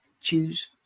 choose